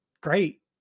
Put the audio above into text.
great